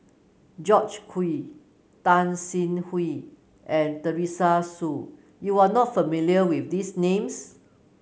George Quek Tan Sin and Teresa Hsu you are not familiar with these names